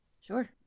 Sure